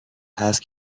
هست